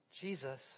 Jesus